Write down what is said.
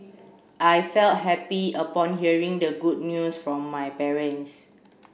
I felt happy upon hearing the good news from my parents